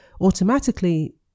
Automatically